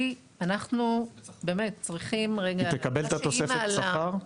היא תקבל את התוספת שכר?